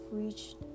reached